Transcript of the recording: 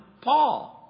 Paul